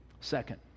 Second